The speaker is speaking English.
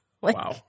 Wow